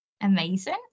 Amazing